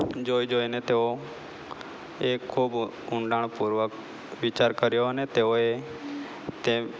જોઈ જોઈને તેઓ એક ખૂબ ઊંડાણપૂર્વક વિચાર કર્યો અને તેઓએ તે